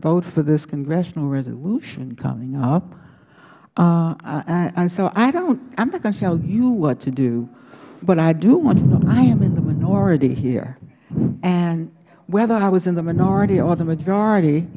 vote for this congressional resolution coming up so i am not going to tell you what to do but i do want you to know i am in the minority here and whether i was in the minority or the majority